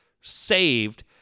saved